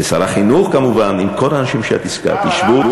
ושר החינוך כמובן, אם כל האנשים שאת הזכרת, למה?